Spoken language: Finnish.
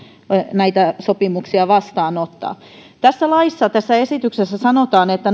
näitä sopimuksia vastaanottaa tässä laissa tässä esityksessä sanotaan että